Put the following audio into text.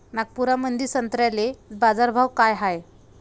नागपुरामंदी संत्र्याले बाजारभाव काय हाय?